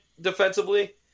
defensively